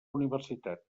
universitat